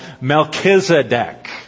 Melchizedek